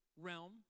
realm